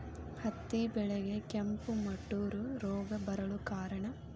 ಹತ್ತಿ ಬೆಳೆಗೆ ಕೆಂಪು ಮುಟೂರು ರೋಗ ಬರಲು ಕಾರಣ?